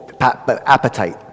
Appetite